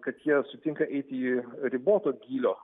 kad jie sutinka eiti į riboto gylio